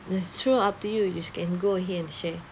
yes sure up to you s~ you can go ahead and share